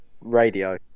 radio